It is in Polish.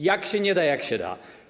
Jak się nie da, jak się da?